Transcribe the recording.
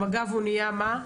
מה הוא נהיה במג"ב?